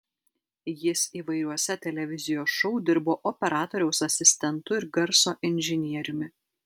jis įvairiuose televizijos šou dirbo operatoriaus asistentu ir garso inžinieriumi